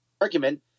argument